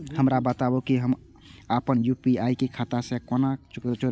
हमरा बताबु की हम आपन यू.पी.आई के खाता से कोना जोरबै?